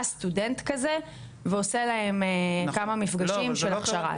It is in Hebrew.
בא סטודנט כזה ועושה להם כמה מפגשים של הכשרה,